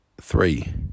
three